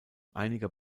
einiger